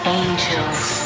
angels